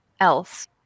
else